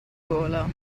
gola